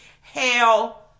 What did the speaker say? hell